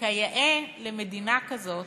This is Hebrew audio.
וכיאה למדינה כזאת,